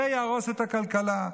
זה יהרוס את הכלכלה.